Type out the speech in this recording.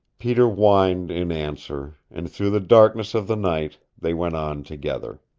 peter whined in answer, and through the darkness of the night they went on together.